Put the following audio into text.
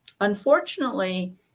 unfortunately